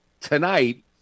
tonight